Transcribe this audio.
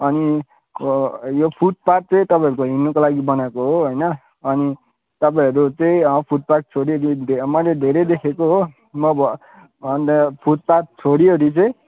अनि यो फुटपाथ चाहिँ तपाईँहरूको हिँड्नुको लागि बनाएको हो होइन अनि तपाईँहरू चाहिँ फुटपाथ छोडिवरी मैले धेरै देखेको हो नभए अन्त फुटपात छोडिओरी चाहिँ